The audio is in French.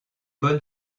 bonne